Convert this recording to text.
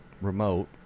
remote